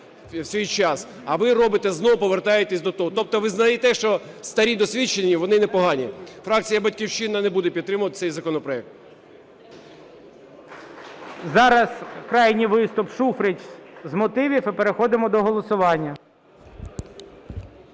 а ви робите знову і повертаєтесь до того. Тобто визнаєте, що старі й досвідчені, вони непогані. Фракція "Батьківщина" не буде підтримувати цей законопроект. ГОЛОВУЮЧИЙ. Зараз крайній виступ, Шуфрич з мотивів і переходимо до голосування.